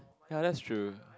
ya that's true